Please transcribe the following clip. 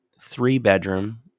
three-bedroom